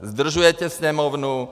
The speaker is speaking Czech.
Zdržujete Sněmovnu.